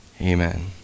Amen